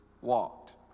walked